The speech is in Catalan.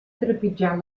trepitjar